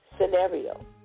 scenario